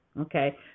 okay